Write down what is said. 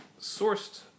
sourced